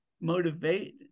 motivate